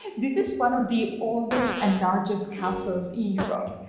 this is one of the oldest and largest castles in europe.